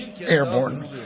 airborne